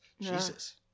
Jesus